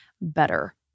better